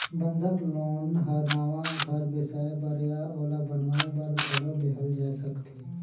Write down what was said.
बंधक लोन हर नवा घर बेसाए बर या ओला बनावाये बर घलो लेहल जाय सकथे